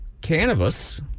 cannabis